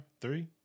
three